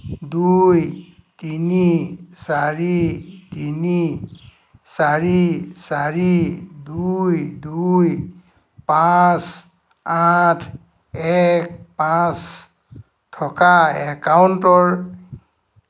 দুই তিনি চাৰি তিনি চাৰি চাৰি দুই দুই পাঁচ আঠ এক পাঁচ থকা একাউণ্টৰ